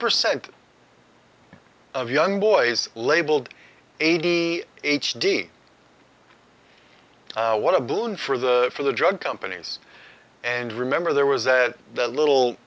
percent of young boys labeled a d h d what a boon for the for the drug companies and remember there was that little